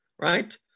right